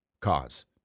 Cause